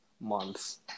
months